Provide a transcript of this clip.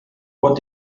what